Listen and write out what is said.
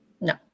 no